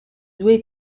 due